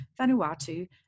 Vanuatu